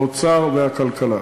האוצר והכלכלה.